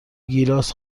گیلاس